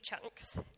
chunks